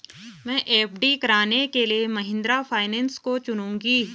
मैं एफ.डी कराने के लिए महिंद्रा फाइनेंस को चुनूंगी